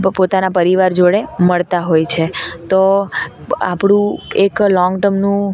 પોતાના પરિવાર જોડે મળતા હોય છે તો આપણું એક લોંગ ટર્મનું